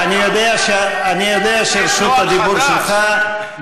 אני יודע, אני יודע שרשות הדיבור שלך.